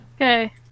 Okay